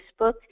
Facebook